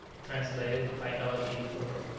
translated by ellen e. frewer